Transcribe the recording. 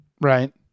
Right